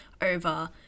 over